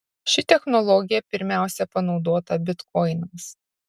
ši technologija pirmiausia panaudota bitkoinams